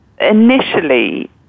initially